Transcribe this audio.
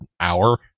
hour